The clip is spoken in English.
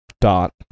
Dot